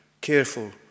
careful